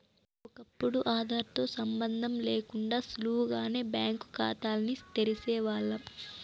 ఒకప్పుడు ఆదార్ తో సంబందం లేకుండా సులువుగా బ్యాంకు కాతాల్ని తెరిసేవాల్లం